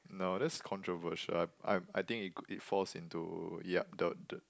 no that's controversial I I I think it it falls into yup the the